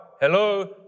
Hello